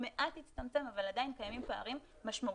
הוא מעט הצטמצם אבל עדיין קיימים פערים משמעותיים.